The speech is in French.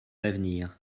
d’avenir